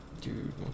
Dude